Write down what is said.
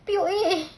P_O_A